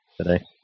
today